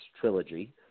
trilogy